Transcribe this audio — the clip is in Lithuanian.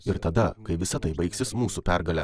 ir tada kai visa tai baigsis mūsų pergale